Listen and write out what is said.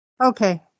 Okay